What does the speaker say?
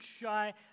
shy